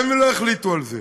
גם אם לא החליטו על זה,